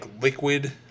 liquid